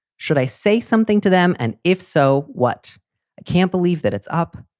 should i say something to them? and if so, what? i can't believe that it's up.